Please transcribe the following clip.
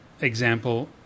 example